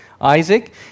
Isaac